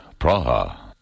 Praha